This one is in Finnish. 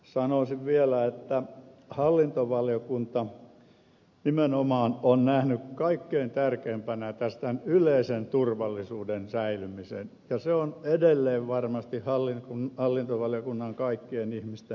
sanoisin vielä että hallintovaliokunta nimenomaan on nähnyt kaikkein tärkeimpänä tässä tämän yleisen turvallisuuden säilymisen ja se on edelleen varmasti hallintovaliokunnan kaikkien ihmisten huoli